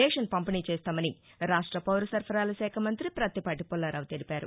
ration పంపిణీ చేస్తామని రాష్ట పౌరసరఫరాలశాఖ మంతి ప్రత్తిపాటి పుల్లారావు తెలిపారు